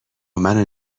منو